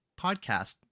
podcast